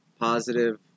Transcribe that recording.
positive